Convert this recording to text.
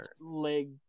leg